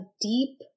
deep